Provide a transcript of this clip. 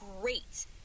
Great